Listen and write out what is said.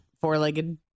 four-legged